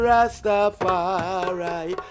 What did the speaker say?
Rastafari